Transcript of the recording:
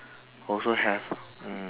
also have